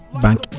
bank